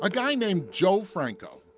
ah guy named joe franco.